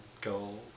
go